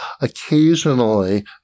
occasionally